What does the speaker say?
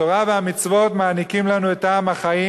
התורה והמצוות מעניקות לנו את טעם החיים